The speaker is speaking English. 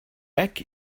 back